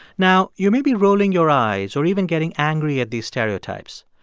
now, you may be rolling your eyes or even getting angry at these stereotypes.